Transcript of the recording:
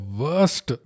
worst